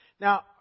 Now